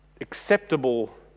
acceptable